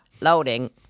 loading